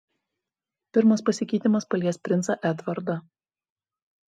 pirmas pasikeitimas palies princą edvardą